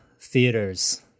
theaters